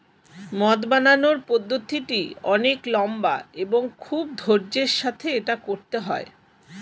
মদ বানানোর পদ্ধতিটি অনেক লম্বা এবং খুব ধৈর্য্যের সাথে এটা করতে হয়